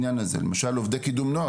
למשל עובדי קידום נוער,